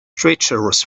treacherous